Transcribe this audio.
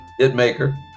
Hitmaker